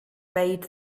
bade